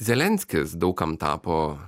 zelenskis daug kam tapo